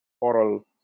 oral